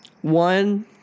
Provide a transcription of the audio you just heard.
One